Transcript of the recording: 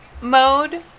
mode